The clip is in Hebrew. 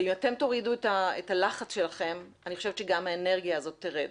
ואם אתם תורידו את הלחץ שלכם אני חושבת שגם האנרגיה הזאת תרד.